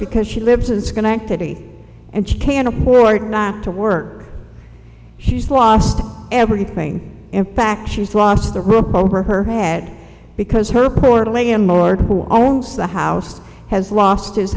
because she lives in schenectady and she can afford not to work she's lost everything in fact she's lost the roof over her head because her portal am bored who owns the house has lost his